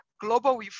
global